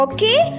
Okay